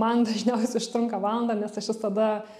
man dažniausiai užtrunka valandą nes aš visada